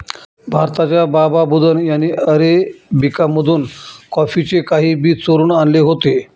भारताच्या बाबा बुदन यांनी अरेबिका मधून कॉफीचे काही बी चोरून आणले होते